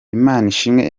imanishimwe